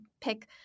pick